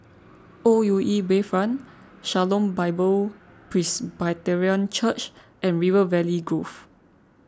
O U E Bayfront Shalom Bible Presbyterian Church and River Valley Grove